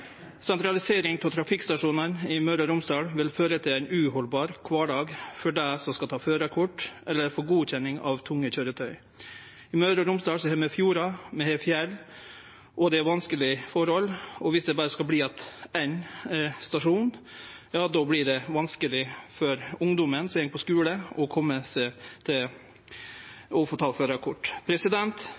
Sentralisering av trafikkstasjonane i Møre og Romsdal vil føre til ein uhaldbar kvardag for dei som skal ta førarkort eller få godkjenning av tunge køyretøy. I Møre og Romsdal har vi fjordar, vi har fjell. Det er vanskelege forhold. Viss det skal bli att berre éin stasjon, vert det vanskeleg for ungdomen som går på skule, å få tatt førarkort.